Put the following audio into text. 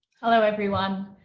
hello, everyone.